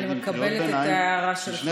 אני מקבלת את ההערה שלך.